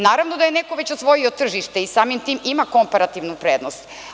Naravno da je neko već osvojio tržište i samim tim ima komparativnu prednost.